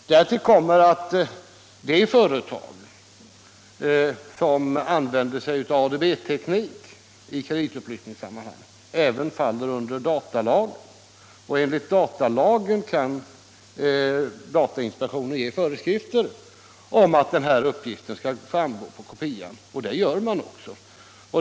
Därtill kommer att de företag som använder sig av ADB-teknik i kreditupplysningssammanhang även faller under datalagen, och enligt da talagen kan datainspektionen ge föreskrifter om att den här uppgiften — Nr 31 skall framgå av kopian. Det gör den också.